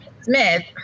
Smith